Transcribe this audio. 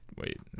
Wait